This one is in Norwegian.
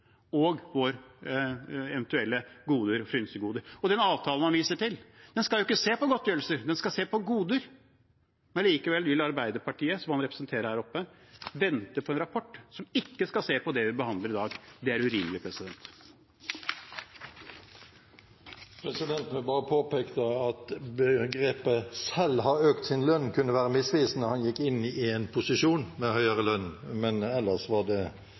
og våre eventuelle goder og frynsegoder. Den avtalen han viser til, skal ikke se på godtgjørelser – den skal se på goder. Likevel vil Arbeiderpartiet, som han representerer her oppe, vente på en rapport som ikke skal se på det vi behandler i dag. Det er urimelig. Presidenten vil bare påpeke at formuleringen «selv har økt sin lønn» kan være misvisende. Han gikk inn i en posisjon med høyere lønn. Men ellers var det